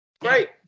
Great